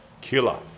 Killer